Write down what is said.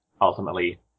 ultimately